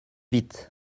vite